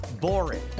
boring